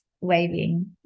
waving